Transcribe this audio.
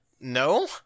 no